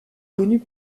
connue